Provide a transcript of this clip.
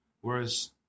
Whereas